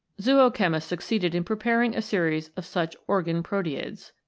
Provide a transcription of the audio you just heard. zoochemists succeeded in preparing a series of such organ proteids.